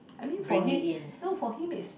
I mean for him no for him is